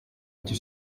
icyo